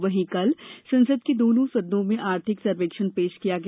वहीं कल संसद के दोनों सदनों में आर्थिक सर्वेक्षण पेश किया गया